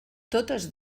totes